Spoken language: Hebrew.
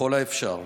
ככל האפשר.